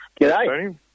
G'day